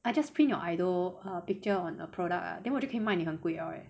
I just print your idol a picture on a product lah then 我就可以卖你很贵了诶